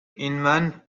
inman